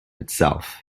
itself